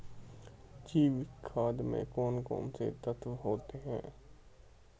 जैविक खाद में कौन कौन से तत्व होते हैं?